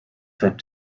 said